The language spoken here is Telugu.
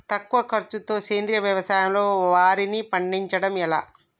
తక్కువ ఖర్చుతో సేంద్రీయ వ్యవసాయంలో వారిని పండించడం ఎలా?